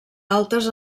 altes